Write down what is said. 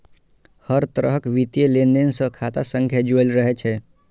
हर तरहक वित्तीय लेनदेन सं खाता संख्या जुड़ल रहै छै